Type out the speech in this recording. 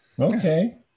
Okay